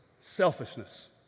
selfishness